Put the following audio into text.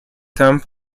thumb